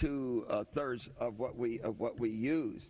two thirds of what we of what we use